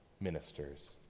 ministers